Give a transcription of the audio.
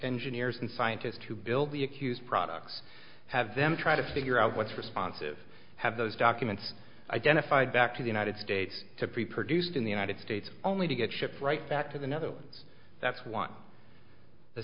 engineers and scientists to build the accused products have them try to figure out what's responsive have those documents identified back to the united states to prepare deuced in the united states only to get shipped right back to the netherlands that's one the